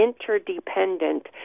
interdependent